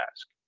ask